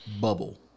bubble